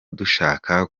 dushaka